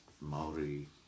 Maori